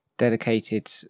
Dedicated